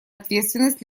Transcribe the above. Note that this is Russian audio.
ответственность